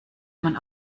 man